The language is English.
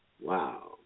wow